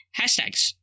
hashtags